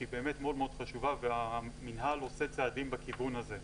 שהיא באמת מאוד מאוד חשובה והמינהל עושה צעדים בכיוון הזה.